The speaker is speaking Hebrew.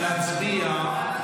נצביע,